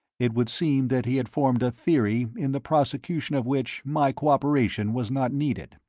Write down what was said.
it would seem that he had formed a theory in the prosecution of which my cooperation was not needed.